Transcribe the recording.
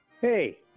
Hey